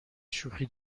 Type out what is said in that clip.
شوخی